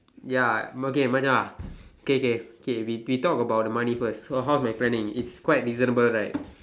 ya uh okay Macha K K K we we talk about the money first so how's my planning it's quite reasonable right